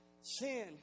Sin